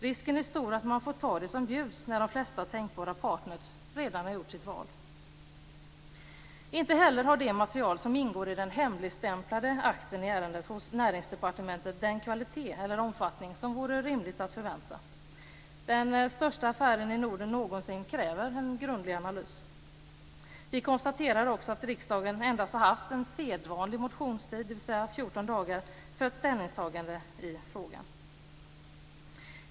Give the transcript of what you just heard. Risken är stor för att man får ta det som bjuds när de flesta tänkbara partner redan har gjort sitt val. Inte heller har det material som ingår i den hemligstämplade akten i ärendet hos Näringsdepartementet den kvalitet och omfattning som det vore rimligt att förvänta. Den största affären i Norden någonsin kräver en grundlig analys. Vi konstaterar att riksdagen endast haft sedvanlig motionstid, dvs. 14 dagar, för ett ställningstagande i frågan.